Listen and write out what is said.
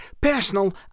personal